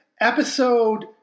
episode